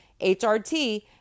HRT